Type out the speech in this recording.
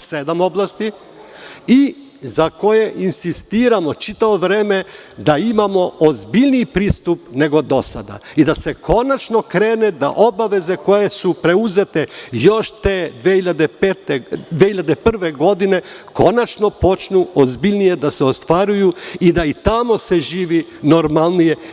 sedam oblasti je pravosuđe, za koje insistiramo čitavo vreme da imamo ozbiljniji pristup nego do sada i da se konačno krene da obaveze koje su preuzete još 2001. godine konačno počnu ozbiljnije da se ostvaruju i da i tamo počne da se živi normalnije.